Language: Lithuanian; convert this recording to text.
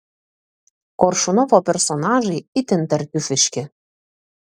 koršunovo personažai itin tartiufiški